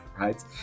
right